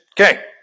Okay